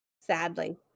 Sadly